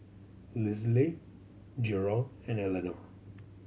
Lisle Jaron and Elenor